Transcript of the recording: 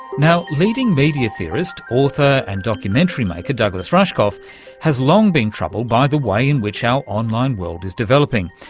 now, leading media theorist, author and documentary maker douglas rushkoff has long been troubled by the way in which our online world is developing,